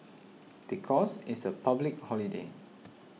because it's a public holiday